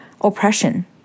oppression